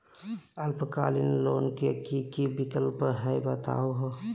अल्पकालिक लोन के कि कि विक्लप हई बताहु हो?